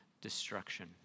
destruction